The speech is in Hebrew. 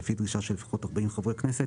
לפי דרישה של לפחות ארבעים חברי הכנסת,